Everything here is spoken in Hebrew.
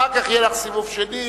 ואחר כך יהיה לך סיבוב שני.